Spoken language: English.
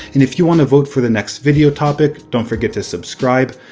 and if you want to vote for the next video topic, don't forget to subscribe.